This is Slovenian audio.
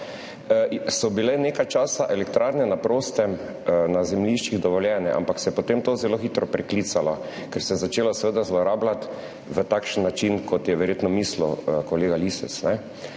so bile nekaj časa dovoljene elektrarne na prostem, na zemljiščih, ampak se je potem to zelo hitro preklicalo, ker se je začelo seveda zlorabljati v takšen način, kot je verjetno mislil kolega Lisec.